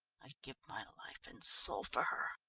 i'd give my life and soul for her.